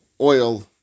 oil